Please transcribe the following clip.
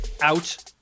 out